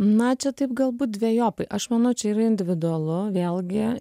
na čia taip galbūt dvejopai aš manau čia yra individualu vėlgi